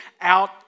out